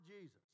Jesus